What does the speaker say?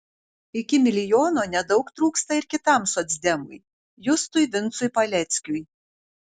iki milijono nedaug trūksta ir kitam socdemui justui vincui paleckiui